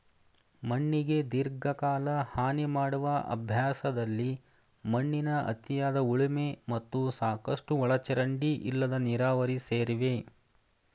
ಮಣ್ಣಿಗೆ ದೀರ್ಘಕಾಲ ಹಾನಿಮಾಡುವ ಅಭ್ಯಾಸದಲ್ಲಿ ಮಣ್ಣಿನ ಅತಿಯಾದ ಉಳುಮೆ ಮತ್ತು ಸಾಕಷ್ಟು ಒಳಚರಂಡಿ ಇಲ್ಲದ ನೀರಾವರಿ ಸೇರಿವೆ